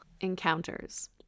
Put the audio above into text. encounters